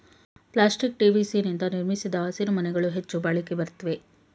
plastic TVC ನಿಂದ ನಿರ್ಮಿಸಿದ ಹಸಿರುಮನೆಗಳು ಹೆಚ್ಚು ಬಾಳಿಕೆ ಬರುತ್ವೆ